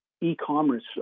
e-commerce